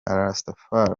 rastafari